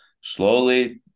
Slowly